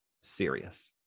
serious